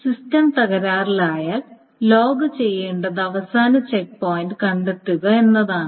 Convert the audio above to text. system തകരാറിലായാൽ log ചെയ്യേണ്ടത് അവസാന ചെക്ക് പോയിന്റ് കണ്ടെത്തുക എന്നതാണ്